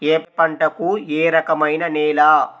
ఏ పంటకు ఏ రకమైన నేల?